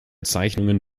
zeichnungen